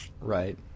Right